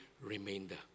remainder